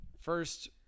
First